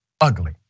ugly